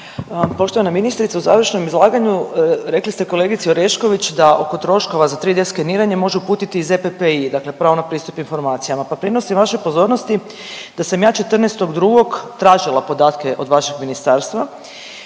Poštovana ministrice, u završnom izlaganju rekli ste kolegici Orešković da oko troškova za 3D skeniranje može uputiti i ZPPI, dakle pravo na pristup informacijama, pa prinosim vašoj pozornosti da sam ja 14.2. tražila podatke od vašeg ministarstva,